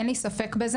אין לי ספק בזה.